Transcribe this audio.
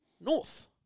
North